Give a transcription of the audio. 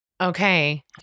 okay